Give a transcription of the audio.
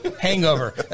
Hangover